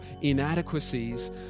inadequacies